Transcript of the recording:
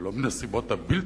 ולא מן הסיבות הבלתי-נכונות.